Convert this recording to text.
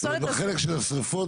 בחלק של השריפות,